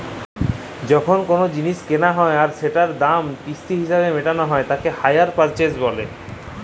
যখন কোলো জিলিস কেলা হ্যয় আর সেটার দাম কিস্তি হিসেবে মেটালো হ্য়য় তাকে হাইয়ার পারচেস বলে